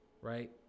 right